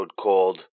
called